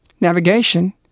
navigation